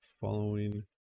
following